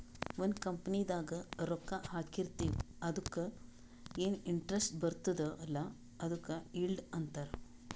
ಒಂದ್ ಕಂಪನಿದಾಗ್ ರೊಕ್ಕಾ ಹಾಕಿರ್ತಿವ್ ಅದುಕ್ಕ ಎನ್ ಇಂಟ್ರೆಸ್ಟ್ ಬರ್ತುದ್ ಅಲ್ಲಾ ಅದುಕ್ ಈಲ್ಡ್ ಅಂತಾರ್